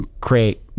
create